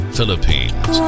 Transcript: Philippines